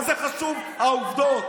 מה חשובות העובדות?